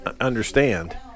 understand